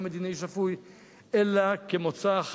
גם מדינאי שפוי,